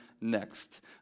next